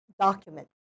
document